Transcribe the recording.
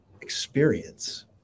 experience